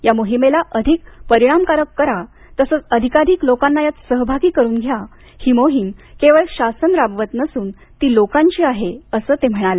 या मोहिमेला अधिक परिणामकारक करा तसंच अधिकाधिक लोकांना यात सहभागी करून घ्या ही मोहीम केवळ शासन राबवत नसून ती लोकांची आहे असं ते म्हणाले